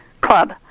club